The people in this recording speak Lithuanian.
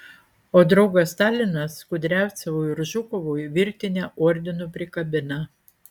o draugas stalinas kudriavcevui ir žukovui virtinę ordinų prikabina